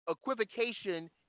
equivocation